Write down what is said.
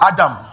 Adam